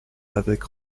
avec